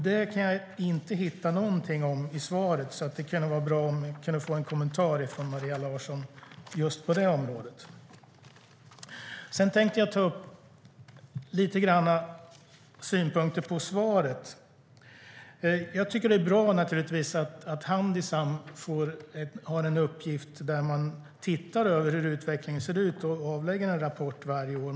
Jag kan inte hitta någonting om det i svaret, och det vore därför bra om Maria Larsson kunde kommentera den frågan. Jag tänkte ta upp några synpunkter som jag har på svaret. Det är naturligtvis bra att Handisam har i uppgift att se över utvecklingen och avlägga rapport varje år.